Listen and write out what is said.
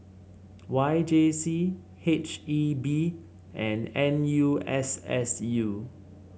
Y J C H E B and N U S S U